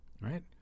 Right